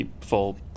full